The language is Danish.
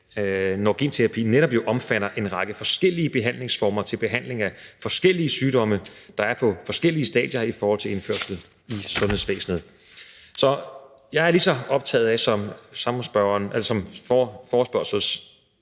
når genterapi jo netop omfatter en række forskellige behandlingsformer til behandling af forskellige sygdomme, der er på forskellige stadier i forhold til indførelse i sundhedsvæsenet. Jeg er lige så optaget som forespørgerne